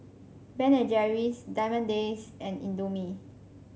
Ben and Jerry's Diamond Days and Indomie